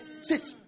sit